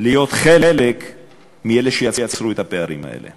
להיות חלק מאלה שיצרו את הפערים האלה.